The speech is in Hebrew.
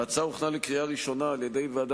ההצעה הוכנה לקריאה ראשונה על-ידי ועדה